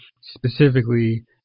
specifically